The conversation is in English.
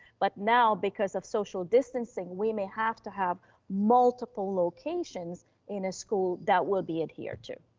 but now, because of social distancing, we may have to have multiple locations in a school that will be adhered to.